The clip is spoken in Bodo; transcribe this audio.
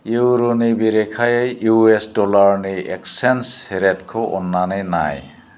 इउर'नि बेरेखायै इउ एस डलारनि एकचेन्ज रेटखौ अन्नानै नाय